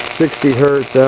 sixty hertz